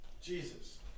Jesus